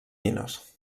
minos